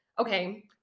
okay